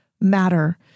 matter